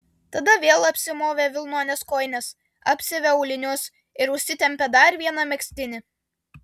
tada vėl apsimovė vilnones kojines apsiavė aulinius ir užsitempė dar vieną megztinį